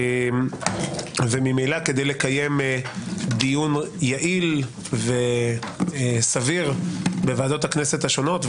ממילא כדי לקיים דיון יעיל וסביר בוועדות הכנסת השונות,